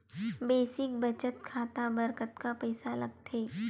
Basic बचत खाता बर कतका पईसा लगथे?